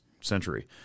century